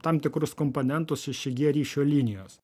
tam tikrus komponentus šeši gie ryšio linijos